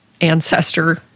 ancestor